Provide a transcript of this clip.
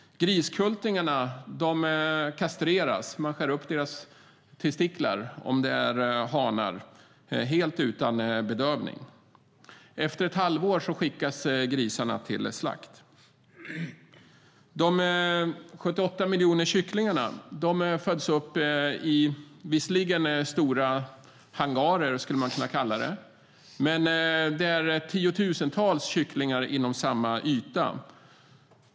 Griskultingarna kastreras. Man skär upp deras testiklar om det är hanar, helt utan bedövning. Efter ett halvår skickas grisarna till slakt. De 78 miljoner kycklingarna föds visserligen upp i stora hangarer, skulle man kunna kalla det, men det är tiotusentals kycklingar inom samma yta.